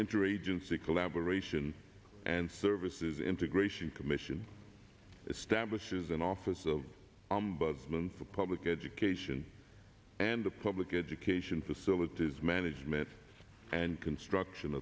interagency collaboration and services integration commission establishes an office of ombudsman for public education and the public education facilities management and construction